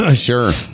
Sure